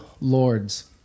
lords